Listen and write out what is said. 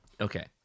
Okay